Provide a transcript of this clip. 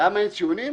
למה אין ציונים?